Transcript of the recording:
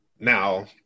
Now